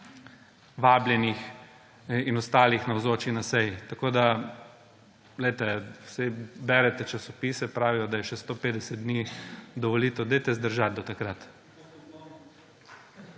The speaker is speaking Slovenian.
vabljenih in ostalih navzočih na seji. Saj berete časopise, pravijo, da je še 150 dni do volitev, dajte zdržati do takrat.